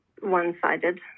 one-sided